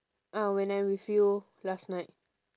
ah when I'm with you last night